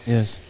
Yes